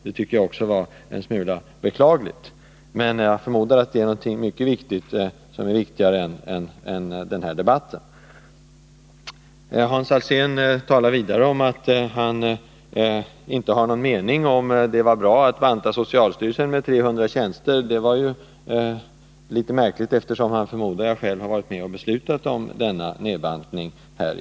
Det tycker jag också är beklagligt. Men jag förmodar som sagt att det var något som var viktigare än den här debatten som gjorde att Hans Alsén har gått härifrån. Hans Alsén talade vidare om att han inte har någon mening i frågan om det var bra att banta socialstyrelsen med drygt 300 tjänster. Det var litet märkligt eftersom han, förmodar jag, själv var med här i riksdagen och beslöt om denna nedbantning.